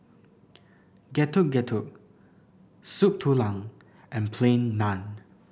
Getuk Getuk Soup Tulang and Plain Naan